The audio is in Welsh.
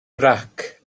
grac